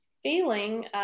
feeling